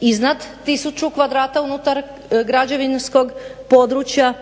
iznad tisuću kvadrata unutar građevinskog područja